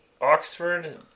Oxford